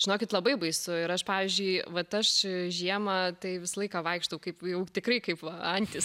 žinokit labai baisu ir aš pavyzdžiui vat aš žiemą tai visą laiką vaikštau kaip jau tikrai kaip va antys